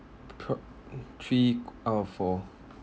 pro~ three out of four